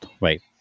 Right